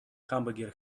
hamburger